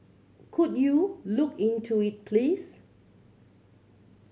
could you look into it please